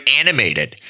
animated